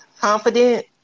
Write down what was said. Confident